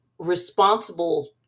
responsible